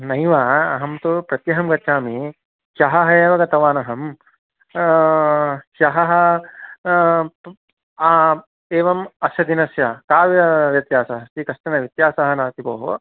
नैव अहं तु प्रत्यहं गच्चामि ह्यः एव गतवान् अहं ह्यः एवम् अस्य दिनस्य का व्यत्यासः अस्ति कश्चन व्यत्यासः नस्ति भोः